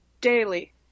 daily